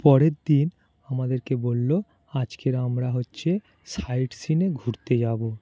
পরের দিন আমাদেরকে বললো আজকের আমরা হচ্ছে সাইড সিনে ঘুরতে যাবো